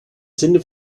sinne